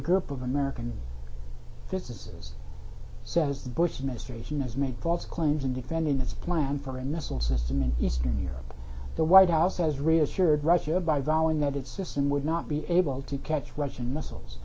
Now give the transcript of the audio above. a group of american businesses says the bush administration has make false claims and defending its plan for a missile system in eastern europe the white house has reassured russia by vowing that its system would not be able to catch russian missiles